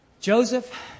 Joseph